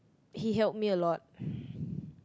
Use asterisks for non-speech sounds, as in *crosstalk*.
he helped me a lot *breath*